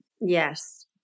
Yes